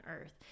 earth